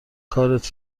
کارت